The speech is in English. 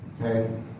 Okay